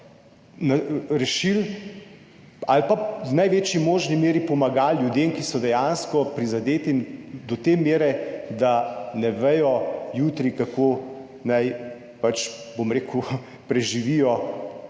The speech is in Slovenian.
rešili ali pa v največji možni meri pomagali ljudem, ki so dejansko prizadeti do te mere, da ne vedo jutri, kako naj, bom rekel, preživijo